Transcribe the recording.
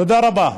תודה רבה.